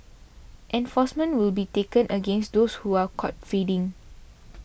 enforcement will be taken against those who are caught feeding